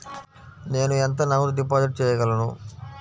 నేను ఎంత నగదు డిపాజిట్ చేయగలను?